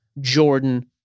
Jordan